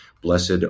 blessed